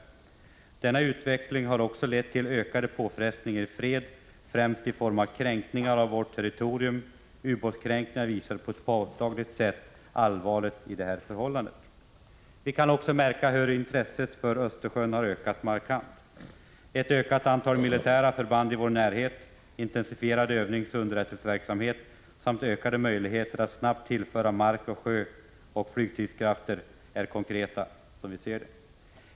Denna utveckling har också lett till ökade påfrestningar i fred, främst i form av kränkningar av vårt territorium. Ubåtskränkningarna visar på ett påtagligt sätt allvaret i detta förhållande. Vi kan också märka hur intresset för Östersjön har ökat markant. Ett ökat antal militära förband i vår närhet, intensifierad övningsoch underrättelseverksamhet samt ökade möjligheter att snabbt tillföra mark-, sjöoch flygstridskrafter är konkreta.